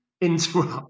interrupt